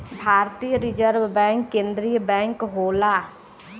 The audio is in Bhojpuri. भारतीय रिजर्व बैंक केन्द्रीय बैंक होला